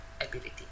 ability